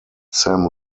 sam